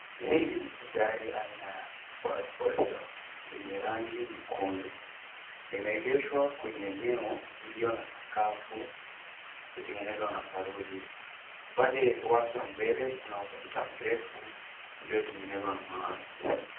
hili ni gari aina ya subaru forester, lenye rangi nyekundu. Limeegeshwa kwenye eneo iliyo na sakafu iliyotengenezwa na saruji. Upande wake wa mbele kuna ukuta mrefu uliotengenezwa na mawe.